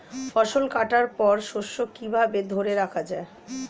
ফসল কাটার পর শস্য কিভাবে ধরে রাখা য়ায়?